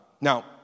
Now